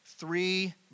Three